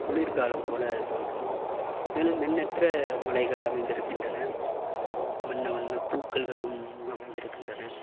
குளிர்காலம் போல் தோன்றும் மேலும் எண்ணற்ற மலைகள் அமைந்து இருக்கின்றன வண்ண வண்ண பூக்கள்களும் அமைந்து இருக்கின்றன